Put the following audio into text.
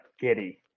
giddy